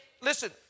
listen